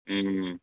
ꯎꯝ